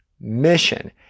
mission